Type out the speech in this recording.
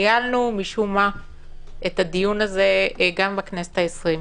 ניהלנו משום מה את הדיון הזה גם בכנסת העשרים,